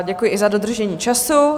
Děkuji i za dodržení času.